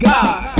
God